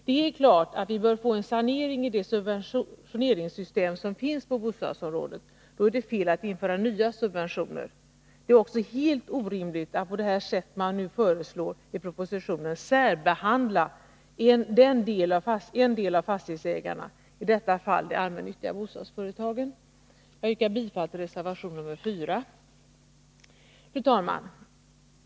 Det är helt klart att vi bör få en sanering i det subventioneringssystem som finns på bostadsområdet. Då är det fel att införa nya subventioner. Det är också helt orimligt att, på det sätt som föreslås i propositionen, särbehandla en del av fastighetsägarna, i detta fall de allmännyttiga bostadsföretagen. Jag yrkar bifall till reservation nr 4. Fru talman!